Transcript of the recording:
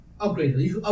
upgrade